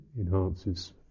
enhances